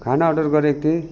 खाना अर्डर गरेको थिएँ